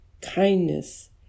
kindness